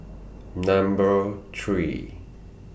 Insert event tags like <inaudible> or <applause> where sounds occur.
<noise> Number three